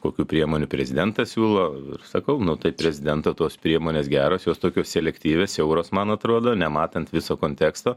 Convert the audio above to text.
kokių priemonių prezidentas siūlo ir sakau nu tai prezidento tos priemonės geros jos tokios selektyvios siauros man atrodo nematant viso konteksto